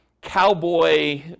cowboy